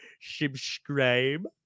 Subscribe